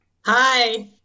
Hi